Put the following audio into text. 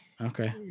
Okay